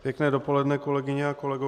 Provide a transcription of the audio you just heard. Pěkné dopoledne, kolegyně a kolegové.